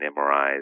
MRIs